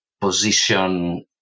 position